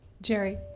jerry